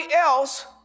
else